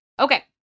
Okay